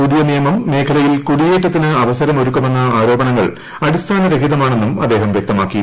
പുതിയ നിയമം മേഖലയിൽ കുടിയേറ്റത്തിന് അവസരം ഒരുക്കുമെന്ന ആരോപണങ്ങൾ അടിസ്ഥാന രഹിതമാണെന്നും അദ്ദേഹം വ്യക്തമാക്കി